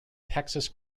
texas